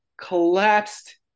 collapsed